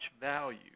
value